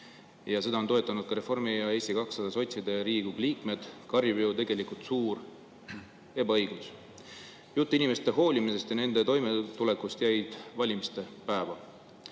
ja neid on toetanud ka Reformi, Eesti 200 ja sotside Riigikogu liikmed, karjub ju tegelikult suur ebaõiglus. Jutt inimestest hoolimisest ja nende toimetulekust jäi valimispäeva.